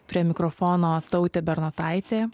prie mikrofono taute bernotaitė